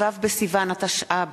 ט"ו בסיוון התשע"ב,